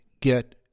get